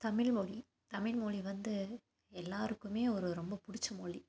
தமிழ்மொழி தமிழ்மொழி வந்து எல்லோருக்குமே ஒரு ரொம்ப பிடிச்ச மொழி